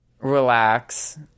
relax